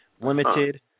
Limited